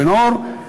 בן-אור,